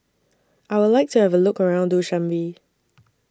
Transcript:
I Would like to Have A Look around Dushanbe